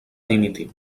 dimitir